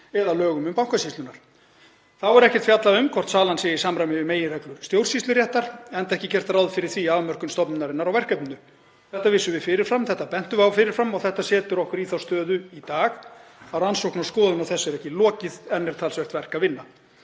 eða lögum um Bankasýsluna. Þá er ekkert fjallað um hvort salan sé í samræmi við meginreglur stjórnsýsluréttar, enda ekki gert ráð fyrir því í afmörkun stofnunarinnar á verkefninu. Þetta vissum við fyrir fram og bentum á, og þetta setur okkur í þá stöðu í dag að rannsókn og skoðun á þessu er ekki lokið, enn er talsvert verk að vinna.